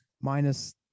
minus